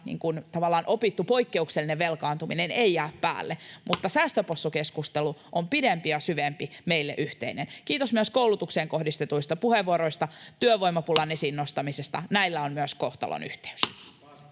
opittu poikkeuksellinen velkaantuminen ei jää päälle, mutta säästöpossukeskustelu on pidempi ja syvempi, meille yhteinen. Kiitos myös koulutukseen kohdistetuista puheenvuoroista, työvoimapulan esiin nostamisesta. Näillä on myös kohtalonyhteys.